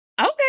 Okay